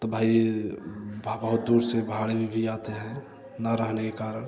तब भाई भ बहुत दूर से भाड़े में भी आते हैं न रहने के कारण